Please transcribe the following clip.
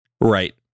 Right